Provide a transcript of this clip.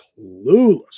clueless